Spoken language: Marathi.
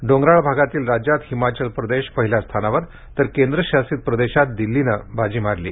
डोंगराळ भागातील राज्यात हिमाचल प्रदेश पहिल्या स्थानावर आहे तर केंद्रशासित प्रदेशात दिल्लीने बाजी मारली आहे